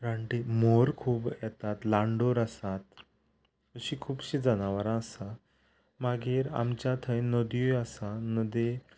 रानटी मोर खूब येतात लांडोर आसात अशीं खुबशीं जनावरां आसात मागीर आमच्या थंय नदयो आसात नदी